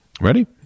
ready